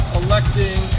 electing